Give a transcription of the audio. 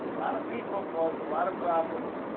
lot of people caused a lot of problems,